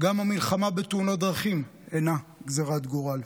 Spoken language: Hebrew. גם המלחמה בתאונות דרכים אינה גזרת גורל.